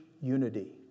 unity